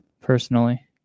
personally